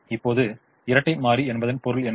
இப்போது இரட்டை மாறி என்பதன் பொருள் என்ன